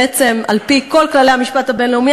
בעצם על-פי כל כללי המשפט הבין-לאומי.